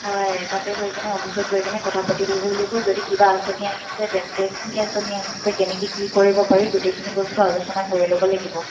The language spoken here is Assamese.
হয় তাতে গৈ কেনে অফিচত গৈ কেনে কথা পাতি আহিব লাগিব যদি কিবা আঁচনি আহিছে তেন্তে কি আঁচনি আহিছে কেনেকে কি কৰিব পাৰি গোটেইখিনি বস্তু আলোচনা কৰি ল'ব লাগিব